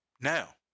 Now